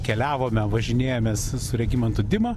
keliavome važinėjomės su regimantu dima